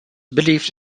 believed